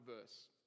verse